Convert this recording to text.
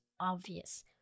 obvious